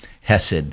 Hesed